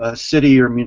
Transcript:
ah city or